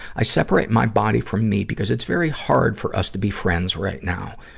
i separate my body from me because it's very hard for us to be friends right now.